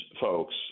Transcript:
folks